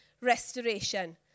restoration